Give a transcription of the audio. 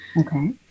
Okay